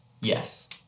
Yes